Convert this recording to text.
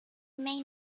may